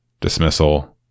dismissal